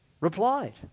replied